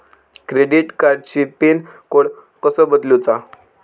Credit कार्डची PIN code कसो बदलुचा?